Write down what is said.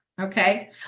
Okay